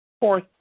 Fourth